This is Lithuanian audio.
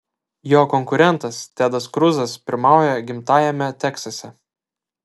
jo konkurentas tedas kruzas pirmauja gimtajame teksase